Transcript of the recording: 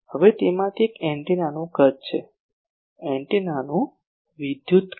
હવે તેમાંથી એક એન્ટેનાનું કદ છે એન્ટેનાનું વિદ્યુત કદ